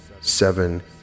seven